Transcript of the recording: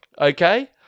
okay